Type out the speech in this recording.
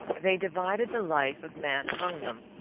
they divided the life of man among them,